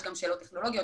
יש גם שאלות טכנולוגיות,